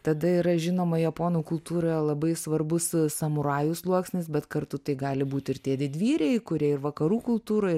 tada yra žinoma japonų kultūroje labai svarbus samurajų sluoksnis bet kartu tai gali būti ir tie didvyriai kurie ir vakarų kultūroj